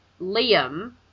Liam